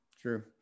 true